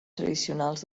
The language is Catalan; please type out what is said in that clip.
tradicionals